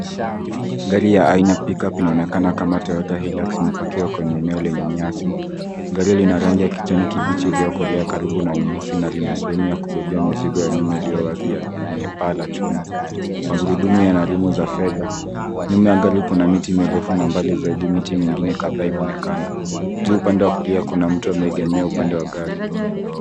Gari ya aina ya pick-up inaonekana kama Toyota Hilux imepakiwa kwenye eneo lenye nyasi. Gari lina rangi ya kijani kibichi ilkiyokolea karibu na nyeusi na lina sehemu ya kubebea mizigo ya nyuma iliyo wazi yenye paa la chuma. Magurudumu yana rimu za fedha. Nyuma ya gari kuna miti mirefu na mbali zaidi miti mingine kadhaa inaonekana. Juu upande wa kulia kuna mtu ameegemea upande wa gari.